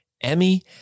Emmy